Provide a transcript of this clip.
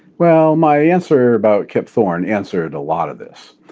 well, my answer about kip thorne answered a lot of this.